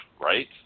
right